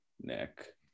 Nick